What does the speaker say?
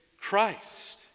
Christ